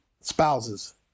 spouses